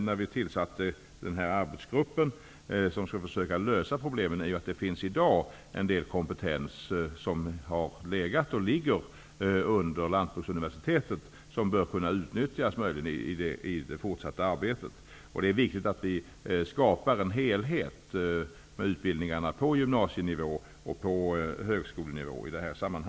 När vi tillsatte arbetsgruppen, som skall försöka lösa problemen, visste vi att det i dag finns en del kompetens som har legat och ligger under Lantbruksuniversitetet och som bör kunna utnyttjas i det fortsatta arbetet. Det är viktigt att vi skapar en helhet av utbildningarna på gymnasienivå och på högskolenivå.